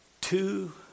two